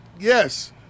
yes